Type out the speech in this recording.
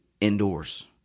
indoors